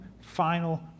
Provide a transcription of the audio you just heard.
final